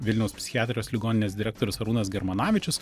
vilniaus psichiatrijos ligoninės direktorius arūnas germanavičius